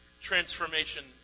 transformation